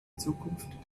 zukunft